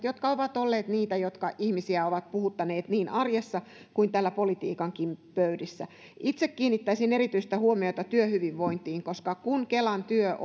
jotka ovat olleet niitä jotka ihmisiä ovat puhuttaneet niin arjessa kuin täällä politiikankin pöydissä itse kiinnittäisin erityistä huomiota työhyvinvointiin koska kun kelan työ